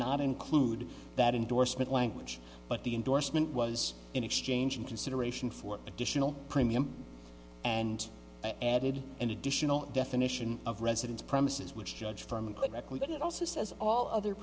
not include that endorsement language but the endorsement was in exchange in consideration for additional premium and added an additional definition of residence premises which judge from quebec with it also says all other